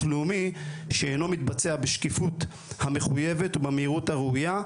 לאומי שאינו מתבצע בשקיפות המחויבות במהירות הראויה,